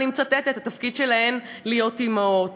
אני מצטטת: התפקיד שלהן להיות אימהות.